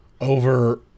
over